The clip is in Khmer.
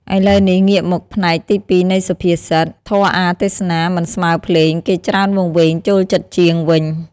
ឥឡូវនេះ ងាកមកផ្នែកទីពីរនៃសុភាសិត "ធម៌អាថ៌ទេសនា មិនស្មើភ្លេង គេច្រើនវង្វេង ចូលចិត្តជាង" វិញ។